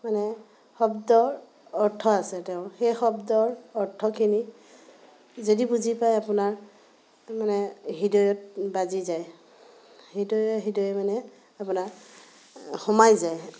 মানে শব্দৰ অৰ্থ আছে তেওঁৰ সেই শব্দৰ অৰ্থখিনি যদি বুজি পায় আপোনাৰ মানে হৃদয়ত বাজি যায় হৃদয়ে হৃদয়ে মানে আপোনাৰ সোমাই যায়